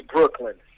Brooklyn